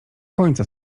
końca